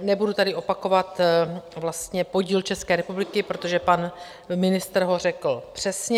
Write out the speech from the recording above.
Nebudu tady opakovat podíl České republiky, protože pan ministr ho řekl přesně.